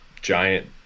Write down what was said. giant